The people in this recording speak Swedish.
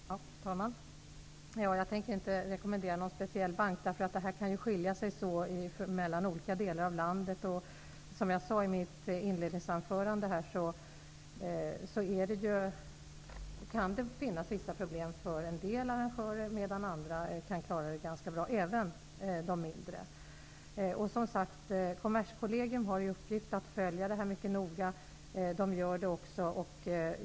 Fru talman! Jag tänker inte rekommendera någon speciell bank, därför att förhållandena kan skilja sig åt mellan olika delar av landet. Som jag sade tidigare kan det finnas vissa problem för en del arrangörer, medan andra kan klara det ganska bra, även de mindre. Som sagt har Kommerskollegium i uppgift att följa detta mycket noga och gör det.